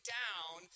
down